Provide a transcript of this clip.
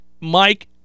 Mike